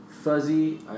Fuzzy